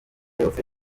yose